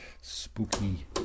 Spooky